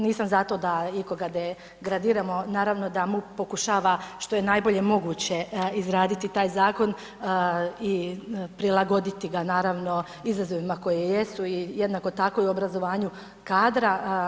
Nisam za to da ikoga degradiramo, naravno da MUP pokušava što je najbolje moguće izraditi taj zakon i prilagoditi ga, naravno izazovima koji jesu i jednako tako i obrazovanju kadra.